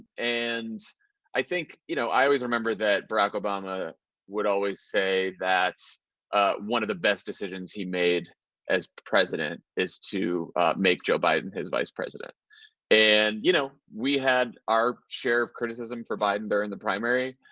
and i think, you know, i always remember that barack obama would always say that one of the best decisions he made as president is to make joe biden his vice president and, you know, we had our share of criticisms for biden during the primary,